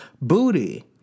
booty